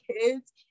kids